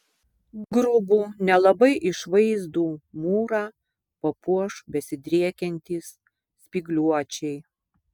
grubų nelabai išvaizdų mūrą papuoš besidriekiantys spygliuočiai